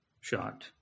shot